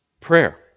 prayer